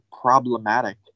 problematic